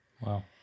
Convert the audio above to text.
Wow